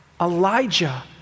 Elijah